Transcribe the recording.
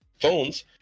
phones